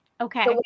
Okay